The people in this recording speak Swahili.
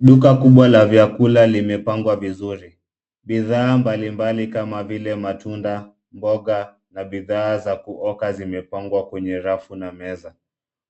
Duka kubwa la vyakula limepangwa vizuri. Bidhaa mbalimbali kama vile matunda, mboga na bidhaa za kuoka zimepangwa kwenye rafu na meza.